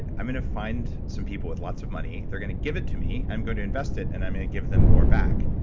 i'm gonna find some people with lots of money. they're going to give it to me, i'm going to invest it, and i may give them more back,